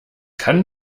kann